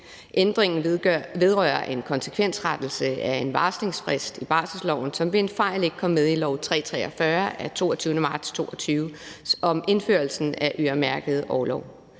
Ændringen vedrører en konsekvensrettelse af en varslingsfrist i barselsloven, som ved en fejl ikke kom med i lov nr. 343 af 22. marts 2022 om indførelsen af øremærket orlov.